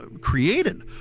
created